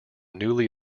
newly